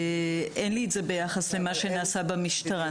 אין לי את זה ביחס למה שנעשה במשטרה.